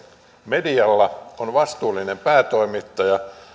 medialla on vastuullinen päätoimittaja